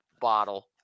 bottle